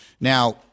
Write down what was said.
Now